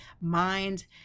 mind